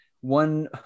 one